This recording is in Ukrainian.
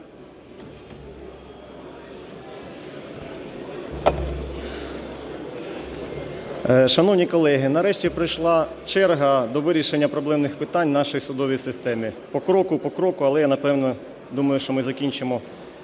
Шановні колеги, нарешті прийшла черга до вирішення проблемних питань в нашій судовій системі. По кроку, по кроку, але я, напевно, думаю, що ми закінчимо